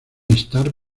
estar